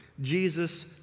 Jesus